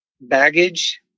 baggage